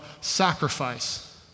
sacrifice